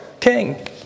king